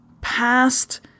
past